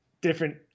different